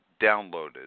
downloaded